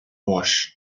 wash